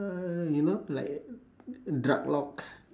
uh you know like drug lord